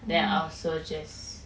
then I also just